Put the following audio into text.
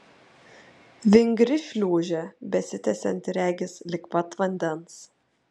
vingri šliūžė besitęsianti regis lig pat vandens